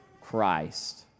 Christ